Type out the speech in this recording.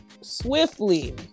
swiftly